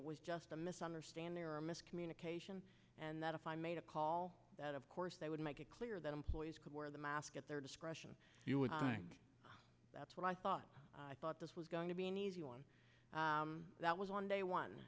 it was just a misunderstanding or a miscommunication and that if i made a call that of course they would make it clear that employees could wear the mask at their discretion i think that's what i thought i thought this was going to be an easy one that was on day one